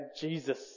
Jesus